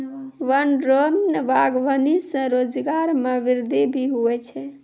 वन रो वागबानी से रोजगार मे वृद्धि भी हुवै छै